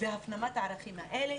והפנמת הערכים האלה,